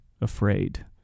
afraid